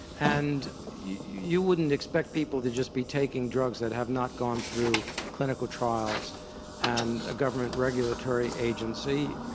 and you wouldn't expect people to just be taking drugs that have not gone through clinical trials and a government regulatory agency.